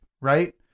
right